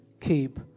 keep